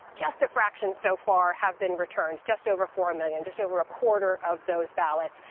just a fraction so far have been returned, just over four million, just over a quarter of those ballots.